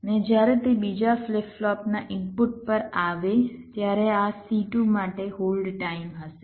અને જ્યારે તે બીજા ફ્લિપ ફ્લોપના ઇનપુટ પર આવે ત્યારે આ C2 માટે હોલ્ડ ટાઇમ હશે